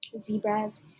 zebras